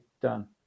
done